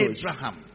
Abraham